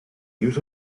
use